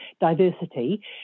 diversity